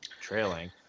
trailing